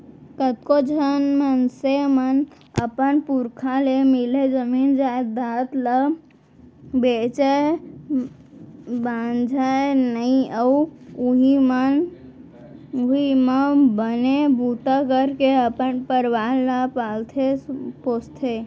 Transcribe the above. कतको झन मनसे मन अपन पुरखा ले मिले जमीन जयजाद ल बेचय भांजय नइ अउ उहीं म बने बूता करके अपन परवार ल पालथे पोसथे